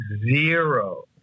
zero